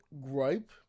gripe